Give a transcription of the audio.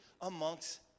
amongst